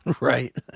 Right